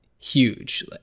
Huge